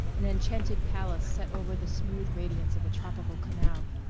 an enchanted palace set over the smooth radiance of a tropical canal.